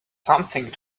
something